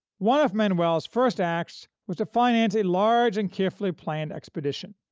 one of manuel's first acts was to finance a large and carefully planned expedition,